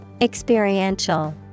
Experiential